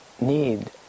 need